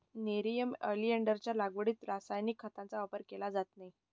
nerium ऑलिंडरच्या लागवडीत रासायनिक खतांचा वापर केला जात नाही